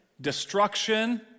destruction